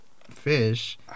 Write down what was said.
fish